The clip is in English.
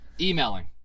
Emailing